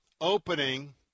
opening